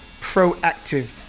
proactive